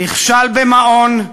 נכשל במעון,